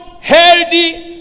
healthy